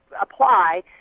apply